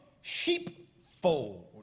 sheepfold